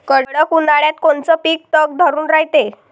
कडक उन्हाळ्यात कोनचं पिकं तग धरून रायते?